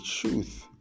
truth